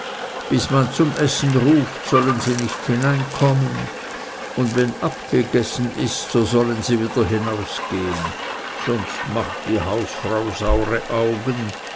bis man zum essen ruft sollen sie nicht hineinkommen und wenn abgegessen ist so sollen sie wieder hinausgehen sonst macht die hausfrau saure augen